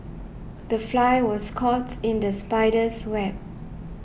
the fly was caught in the spider's web